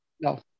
No